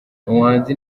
umuhanzi